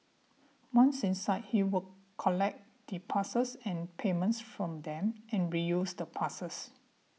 once inside he would collect the passes and payments from them and reuse the passes